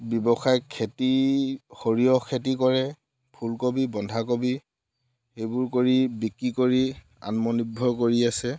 ব্যৱসায়িক খেতি সৰিয়হ খেতি কৰে ফুলকবি বন্ধাকবি সেইবোৰ কৰি বিক্ৰী কৰি আত্মনিৰ্ভৰ কৰি আছে